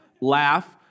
laugh